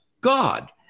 God